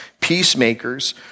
Peacemakers